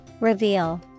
Reveal